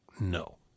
No